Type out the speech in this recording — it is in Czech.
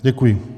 Děkuji.